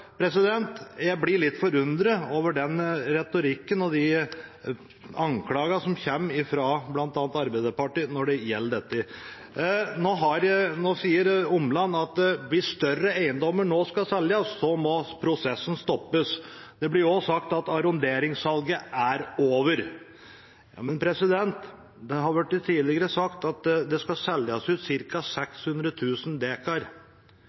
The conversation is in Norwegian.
Jeg blir litt forundret over den retorikken og de anklagene som kommer fra bl.a. Arbeiderpartiet når det gjelder dette. Nå sier Omland at hvis større eiendommer skal selges, må prosessen stoppes. Det blir også sagt at arronderingssalget er over. Men det har blitt sagt tidligere at det skal selges ut